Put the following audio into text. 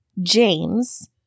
James